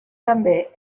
també